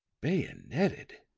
bayoneted!